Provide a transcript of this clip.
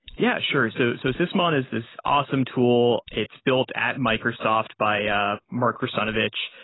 yeah, sure. so so sysmon is this awesome tool. it's built at microsoft by ah mark russinovich,